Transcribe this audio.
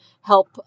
help